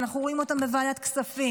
אנחנו רואים אותם בוועדת כספים,